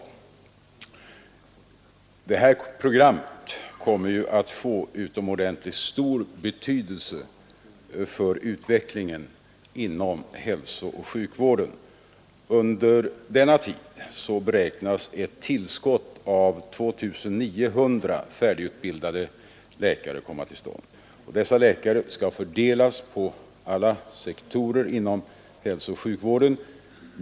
Läkarfördelningsprogrammet kommer att få utomordentligt stor betydelse för utvecklingen inom hälsooch sjukvården. Under den angivna tiden beräknas ett tillskott av 2900 färdigutbildade läkare komma till stånd, och dessa läkare skall fördelas på alla sektorer inom hälsooch sjukvården.